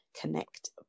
connect